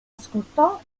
ascoltò